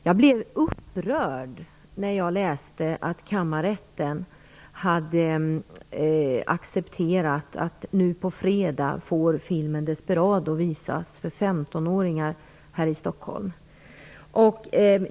Jag blev upprörd när jag läste att kammarrätten hade accepterat att filmen Desperado får visas för 15 åringar nu på fredag här i Stockholm.